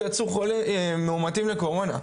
ויצאו מאומתים לקורונה.